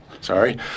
sorry